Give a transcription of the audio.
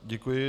Děkuji.